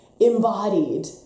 embodied